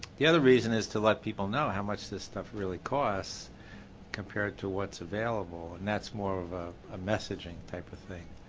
the other reason is to let people know how much this stouth really costs compared to what's available. that's more of a messaging type of thing.